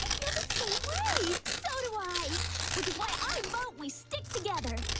and feel the same way so do i which is why i vote we stick together